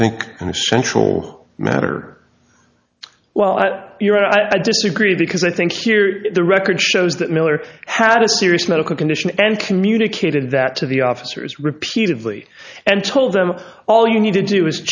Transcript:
essential matter well at your i disagree because i think here the record shows that miller had a serious medical condition and communicated that to the officers repeatedly and told him all you need to do is